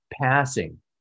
passing